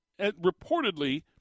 reportedly